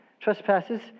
trespasses